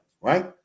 right